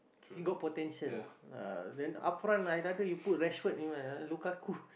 he got potential ah then upfront I rather you put Rashford Lukaku